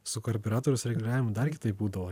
su karbiuratoriaus reguliavimu dar kitaip būdavo